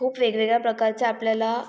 खूप वेगवेगळ्या प्रकारचे आपल्याला